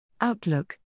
Outlook